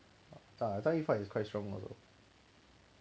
张艺凡 is quite strong also